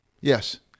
Yes